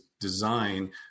design